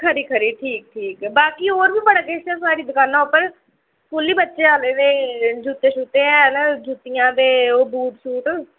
खरी खरी ठीक ठीक बाकी होर बी बड़ा किश ऐ साढ़ी दकानै उप्पर स्कूली बच्चे आह्ले ते जुत्ते शुत्ते हैन ओह् जुत्तियां ते बूट